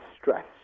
stress